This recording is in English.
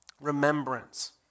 remembrance